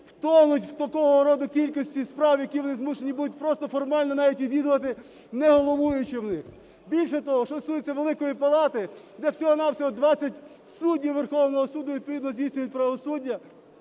втонуть в такого роду кількості справ, які вони змушені будуть просто формально навіть відвідувати, не головуючи в них. Більше того, що стосується Великої Палати, де всього-на-всього 20 суддів Верховного Суду відповідно здійснюють правосуддя,